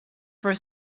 for